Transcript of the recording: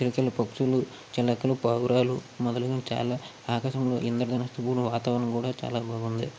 కిల కిల పక్షులు చిలకలు పావురాలు మొదలగు చాలా ఆకాశంలో ఇంద్రధనస్సు తో కూడిన వాతావరణం కూడా చాలా బాగుంది